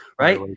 Right